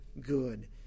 good